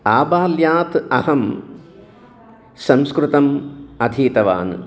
आबाल्यात् अहं संस्कृतम् अधीतवान्